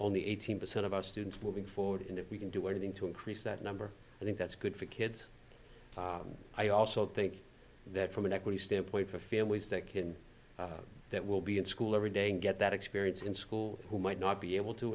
only eighteen percent of our students moving forward and if we can do anything to increase that number i think that's good for kids i also think that from an equity standpoint for families that can that will be in school every day and get that experience in school who might not be able to